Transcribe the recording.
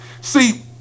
See